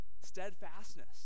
Steadfastness